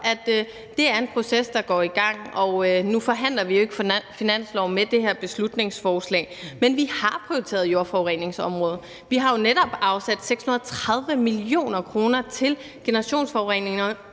at det er en proces, der går i gang, og nu forhandler vi jo ikke finansloven med det her beslutningsforslag. Men vi har prioriteret jordforureningsområdet. Vi har jo netop afsat 630 mio. kr. til generationsforureningerne